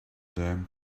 them